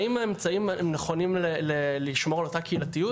האם האמצעים נכונים לשמור על אותה קהילתיות?